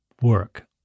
work